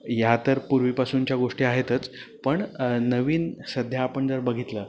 ह्या तर पूर्वीपासूनच्या गोष्टी आहेतच पण नवीन सध्या आपण जर बघितलं